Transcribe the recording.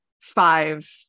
five